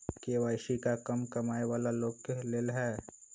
KYC का कम कमाये वाला लोग के लेल है?